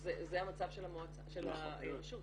וזה המצב של הרשות.